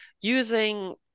using